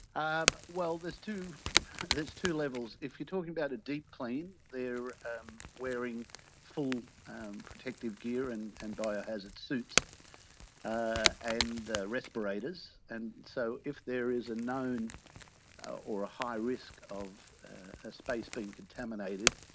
um well, there's two there's two levels. if you're talking about a deep clean, they are um wearing full protective gear and and biohazard suits and respirators. and so if there is a known or a high risk of a space being contaminated,